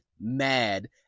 mad